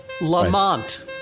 Lamont